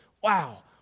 wow